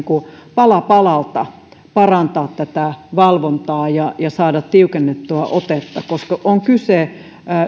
pala palalta parantaa valvontaa ja ja saada tiukennettua otetta koska on kyse